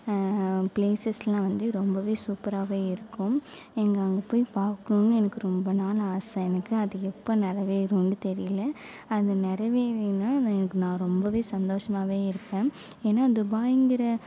பிளேசஸ்லாம் வந்து ரொம்ப சூப்பராகவே இருக்கும் இங்கே அங்கே போய் பாக்கணும்னு எனக்கு ரொம்ப நாள் ஆசை எனக்கு அது எப்போ நெறைவேறும்னு தெரியல அது நிறைவேறுனா எனக்கு நான் ரொம்ப சந்தோஷமாகவே இருப்பேன் ஏன்னா துபாய்ங்கிற